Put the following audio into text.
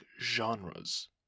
genres